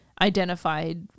identified